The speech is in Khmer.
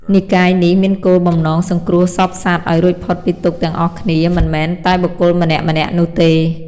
និកាយនេះមានគោលបំណងសង្គ្រោះសព្វសត្វឱ្យរួចផុតពីទុក្ខទាំងអស់គ្នា មិនមែនតែបុគ្គលម្នាក់ៗនោះទេ។